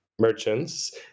merchants